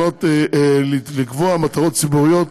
לקבוע מטרות ציבוריות